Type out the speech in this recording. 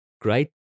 great